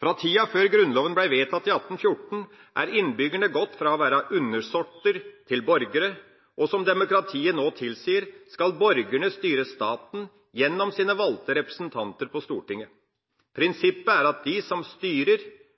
Fra tiden før Grunnloven ble vedtatt i 1814, er innbyggerne gått fra å være undersåtter til borgere, og som demokratiet nå tilsier, skal borgerne styre staten gjennom sine valgte representanter på Stortinget. Prinsippet er at de som styrer,